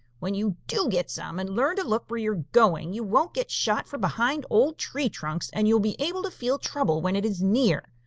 when you do get some and learn to look where you are going, you won't get shot from behind old tree trunks and you will be able to feel trouble when it is near,